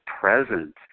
present